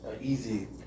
easy